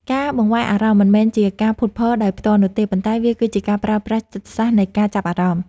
ការបង្វែរអារម្មណ៍មិនមែនជាការភូតភរដោយផ្ទាល់នោះទេ ប៉ុន្តែ វាគឺជាការប្រើប្រាស់ចិត្តសាស្ត្រនៃការចាប់អារម្មណ៍។